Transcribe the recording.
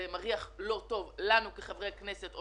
אוטומטית זה מריח לא טוב לנו כחברי כנסת,